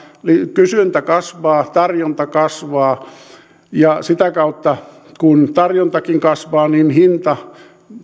kysyntä kasvaa tarjonta kasvaa ja sitä kautta kun tarjontakin kasvaa hinta